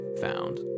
found